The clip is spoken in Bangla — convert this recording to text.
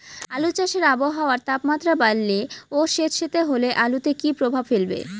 আলু চাষে আবহাওয়ার তাপমাত্রা বাড়লে ও সেতসেতে হলে আলুতে কী প্রভাব ফেলবে?